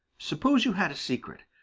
suppose you had a secret,